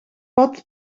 pad